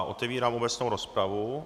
Otevírám obecnou rozpravu.